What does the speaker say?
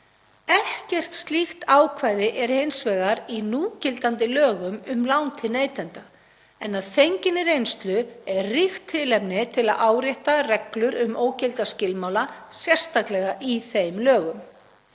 Ekkert slíkt ákvæði er hins vegar í núgildandi lögum um lán til neytenda en að fenginni reynslu er ríkt tilefni til að árétta reglur um ógilda skilmála, sérstaklega í þeim lögum.